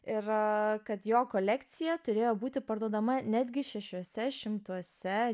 ir kad jo kolekcija turėjo būti parduodama netgi šešiuose šimtuose